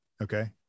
Okay